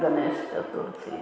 Ganesh Chaturthi